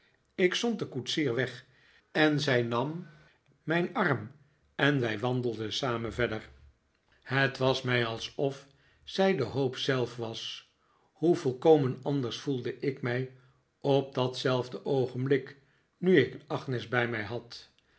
ik zond den koetsier weg en zij nam mijn arm en wij wandelden samen vefder het was mij alsof zij de hoop zelf was hoe volkomen anders voelde ik mij op datzelfde oogenblik nu ik agnes bij mij had